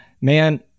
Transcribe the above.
man